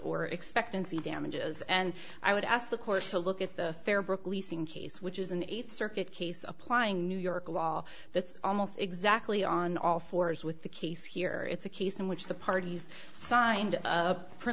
or expectancy damages and i would ask the courts to look at the fair brooke leasing case which is an eighth circuit case applying new york law that's almost exactly on all fours with the case here it's a case in which the parties signed